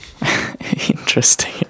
interesting